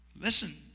Listen